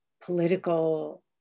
political